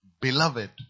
beloved